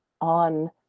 on